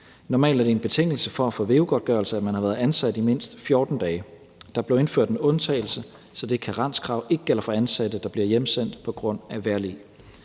Normalt er det en betingelse for at få veu-godtgørelse, at man har været ansat i mindst 14 dage. Der blev indført en undtagelse, så det karenskrav ikke gælder for ansatte, der bliver hjemsendt på grund af vejrlig.